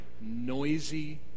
noisy